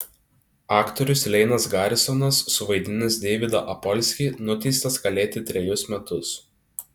aktorius leinas garisonas suvaidinęs deividą apolskį nuteistas kalėti trejus metus